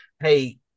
Hey